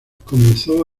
comenzó